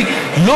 קשה לעיכול